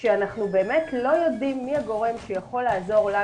כשאנחנו באמת לא יודעים מי הגורם שיכול לעזור לנו.